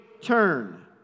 turn